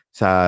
sa